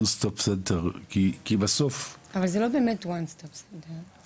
stop center כי בסוף --- אבל זה לא באמת one stop center.